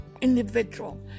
individual